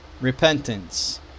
repentance